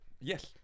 Yes